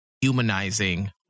humanizing